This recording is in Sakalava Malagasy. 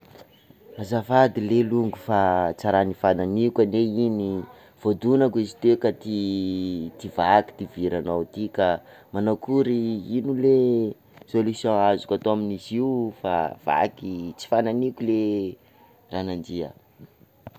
Salama ranandria, azafady, manao akory soa ny fanamboarana an'ity, ity tuyaun'ny rano ity fa nenakahy ato moa ka somary simba zay ka tiako amboarina izy, manakory soa hoe ahoana no fomba hiresahatsika, ahoana ny fomba hanamboarantsika azy ka- ka ilaiko anareo mba ho tonga hanamboatra azy ty.